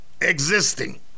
existing